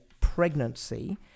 pregnancy